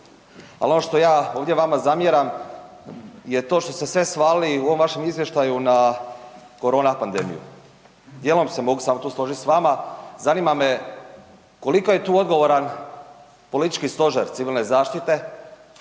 Ali ono što ja ovdje vama zamjeram je to što ste svalili u ovom vašem izvještaju na korona pandemiju. Dijelom se mogu samo tu složiti s vama, zanima me koliko je tu odgovoran politički stožer civilne zaštite